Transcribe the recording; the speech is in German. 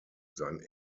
sein